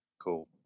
Cool